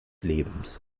lebens